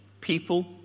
people